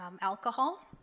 alcohol